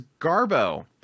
Garbo